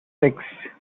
six